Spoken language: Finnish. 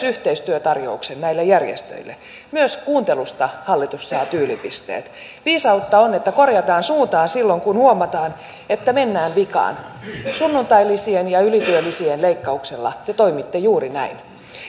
yhteistyötarjouksen näille järjestöille myös kuuntelusta hallitus saa tyylipisteet viisautta on että korjataan suuntaa silloin kun huomataan että mennään vikaan sunnuntailisien ja ylityölisien leikkauksella te toimitte juuri näin